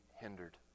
hindered